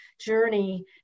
journey